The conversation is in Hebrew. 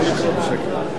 לא נתקבלה.